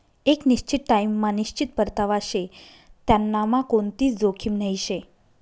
एक निश्चित टाइम मा निश्चित परतावा शे त्यांनामा कोणतीच जोखीम नही शे